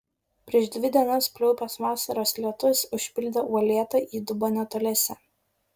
prieš dvi dienas pliaupęs vasaros lietus užpildė uolėtą įdubą netoliese